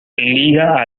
liga